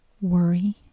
worry